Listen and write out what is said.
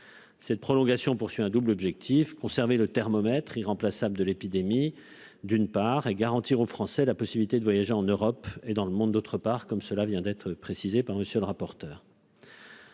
Cette prolongation a un double objectif : conserver le thermomètre irremplaçable de l'épidémie ; garantir aux Français la possibilité de voyager en Europe et dans le monde, comme cela vient d'être précisé par M. le rapporteur.